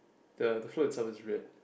the the float is over red